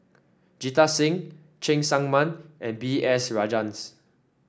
Jita Singh Cheng Tsang Man and B S Rajhans